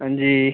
हांजी